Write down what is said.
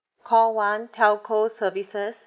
call one telco services